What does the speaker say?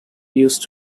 used